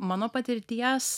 mano patirties